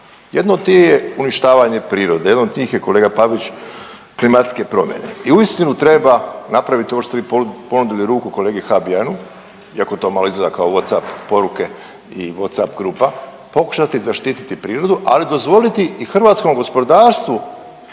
Jedno ti je uništavanje prirode, jedan o tih je kolega Pavić klimatske promjene i uistinu treba napraviti ovo što ste vi ponudili ruku kolegi Habijanu, iako to malo izgleda kao WhatsApp poruke i WhatsApp grupa, pokušati zaštiti prirodu, ali dozvoliti i hrvatskom gospodarstvu